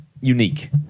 unique